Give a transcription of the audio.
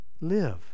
live